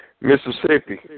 Mississippi